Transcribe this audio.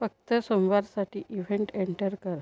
फक्त सोमवारसाठी event enter कर